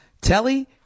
Telly